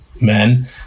men